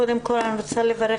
קודם כל אני רוצה לברך,